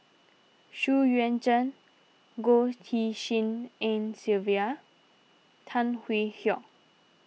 Xu Yuan Zhen Goh Tshin En Sylvia Tan Hwee Hock